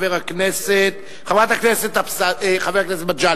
חבר הכנסת מגלי